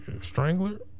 Strangler